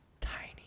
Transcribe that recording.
Tiny